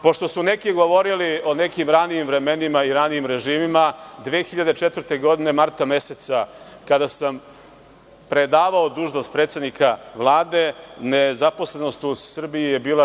Pošto su neki govorili o nekim ranijim vremenima i ranijim režimima, 2004. godine marta meseca, kada sam predavao dužnost predsednika Vlade, nezaposlenost u Srbiji je bila 14%